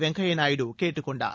வெங்கைய்யா நாயுடு கேட்டுக் கொண்டார்